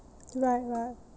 right right